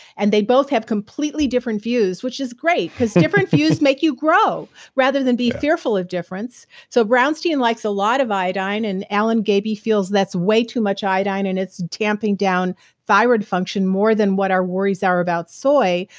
and they both have completely different views which is great because different views make you grow rather than be fearful of difference. so brownstein likes a lot of iodine and alan gabay feels that's way too much iodine and it's tamping down thyroid function more than what our worries are about soy.